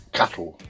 cattle